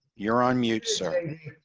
you're on mute. sorry.